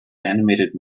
animated